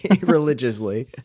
religiously